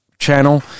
channel